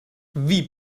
wie